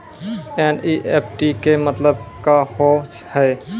NEFT के मतलब का होव हेय?